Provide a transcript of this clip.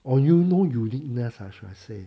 on you no uniqueness ah should I say